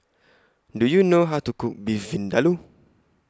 Do YOU know How to Cook Beef Vindaloo